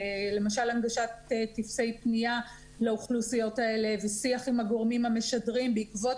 למשל הנגשת טפסי פניה לאוכלוסיות האלה ושיח עם הגורמים המשדרים בעקבות